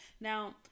Now